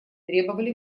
требовали